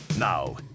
Now